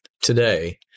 today